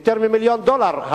יותר ממיליון דולר.